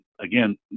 again